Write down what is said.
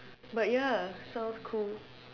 but ya sounds cool